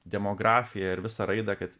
demografiją ir visą raidą kad